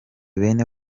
bene